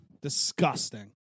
Disgusting